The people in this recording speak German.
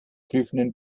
prüfenden